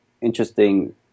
interesting